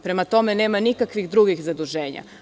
Prema tome, nema nikakvih drugih zaduženja.